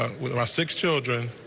ah with and our six children,